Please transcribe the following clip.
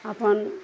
आपन